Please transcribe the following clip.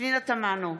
פנינה תמנו,